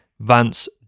Vance